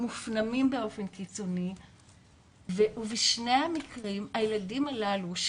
מופנמים באופן קיצוני ובשני המקרים הילדים הללו,